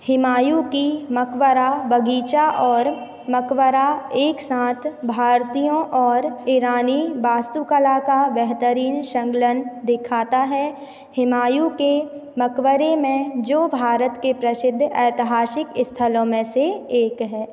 हुमायूँ का मक़बरा बग़ीचा और मक़बरा एक साथ भारतीयों और ईरानी वास्तु कला का बेहतरीन संलग्न दिखाता है हुमायूँ के मक़बरे में जो भारत के प्रसिद्ध ऐतिहासिक स्थलो में से एक है